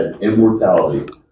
immortality